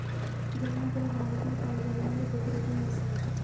जमनापरी भारत में पाई जाने वाली बकरी की नस्ल है